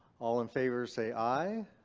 all in favor say, aye.